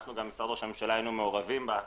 אנחנו במשרד ראש הממשלה היינו מעורבים בה,